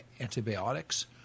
antibiotics